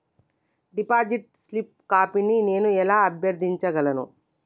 Deposit slip కాపీని నేను ఎలా అభ్యర్థించగలను?